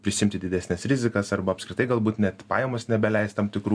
prisiimti didesnes rizikas arba apskritai galbūt net pajamos nebeleis tam tikrų